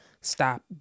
stop